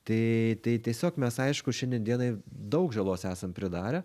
tai tai tiesiog mes aišku šiandien dienai daug žalos esam pridarę